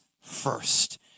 first